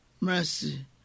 mercy